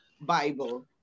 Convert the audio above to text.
Bible